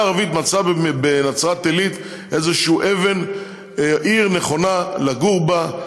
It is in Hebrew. הערבית מצאה בנצרת-עילית איזו עיר נכונה לגור בה,